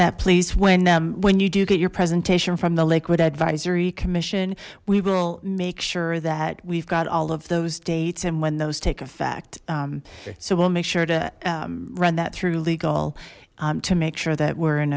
that please when when you do get your presentation from the liquid advisory commission we will make sure that we've got all of those dates and when those take effect so we'll make sure to run that through legal to make sure that we're in